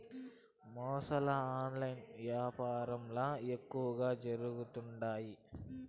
మోసాలు ఆన్లైన్ యాపారంల ఎక్కువగా జరుగుతుండాయి